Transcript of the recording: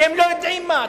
שהם לא יודעים מה.